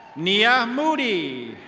nia moody.